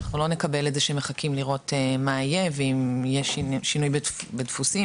אנחנו לא נקבל את זה שמחכים לראות מה יהיה ואם יש שינוי בדפוסים.